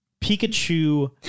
Pikachu